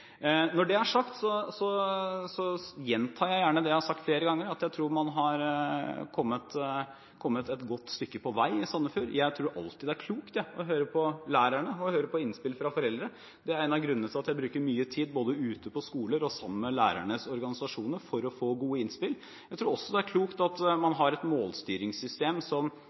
Når det er sagt, så gjentar jeg gjerne det jeg har sagt flere ganger, at jeg tror man har kommet et godt stykke på vei i Sandefjord. Jeg tror alltid det er klokt å høre på lærerne og høre på innspill fra foreldre. Det er en av grunnene til at jeg bruker mye tid både ute på skoler og sammen med lærernes organisasjoner for å få gode innspill. Jeg tror også det er klokt at man har et målstyringssystem som